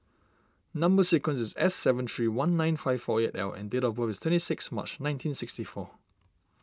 Number Sequence is S seven three one nine five four eight L and date of birth is twenty six March nineteen sixty four